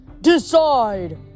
Decide